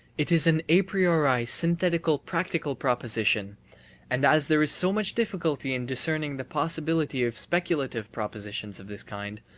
it is an a priori synthetical practical proposition and as there is so much difficulty in discerning the possibility of speculative propositions of this kind,